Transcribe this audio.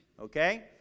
okay